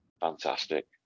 Fantastic